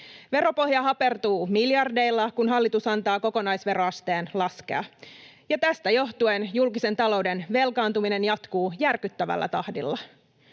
Veropohja hapertuu miljardeilla, kun hallitus antaa kokonaisveroasteen laskea, ja tästä johtuen julkisen talouden velkaantuminen jatkuu järkyttävällä tahdilla.